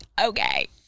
Okay